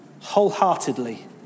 wholeheartedly